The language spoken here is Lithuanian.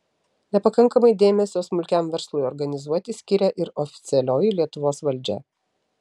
nepakankamai dėmesio smulkiam verslui organizuoti skiria ir oficialioji lietuvos valdžia